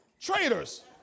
Traitors